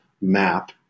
map